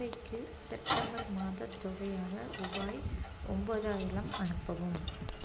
அத்தைக்கு செப்டம்பர் மாதத் தொகையாக ருபாய் ஒன்பதாயிரம் அனுப்பவும்